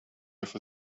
for